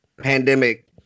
pandemic